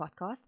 podcast